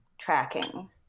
tracking